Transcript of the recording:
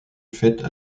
faites